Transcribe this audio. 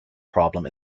problem